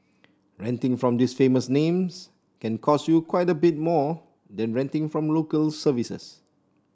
renting from these famous names can cost you quite a bit more than renting from Local Services